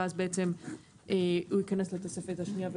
ואז בעצם הוא ייכנס לתוספת השנייה.